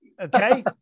okay